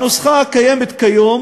הנוסחה הקיימת כיום